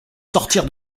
sortir